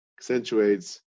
accentuates